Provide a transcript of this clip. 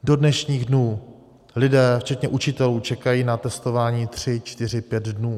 Do dnešních dnů lidé včetně učitelů čekají na testování tři čtyři pět dnů.